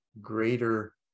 greater